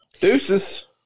Deuces